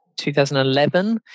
2011